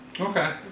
Okay